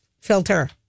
filter